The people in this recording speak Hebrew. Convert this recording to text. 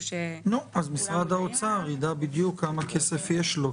אז משרד האוצר יידע בדיוק כמה כסף יש לו.